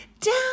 Down